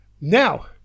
Now